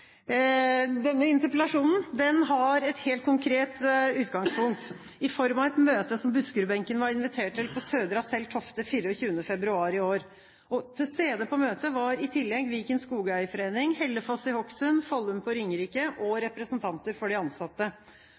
Denne interpellasjonen har et helt konkret utgangspunkt i form av et møte som Buskerud-benken var invitert til på Södra Cell Tofte, 24. februar i år. Til stede på møtet var i tillegg Viken Skogeierforening, Hellefoss i Hokksund, Follum på Ringerike og representanter for de ansatte.